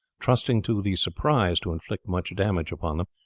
trusting to the surprise to inflict much damage upon them,